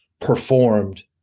performed